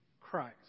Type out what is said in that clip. Christ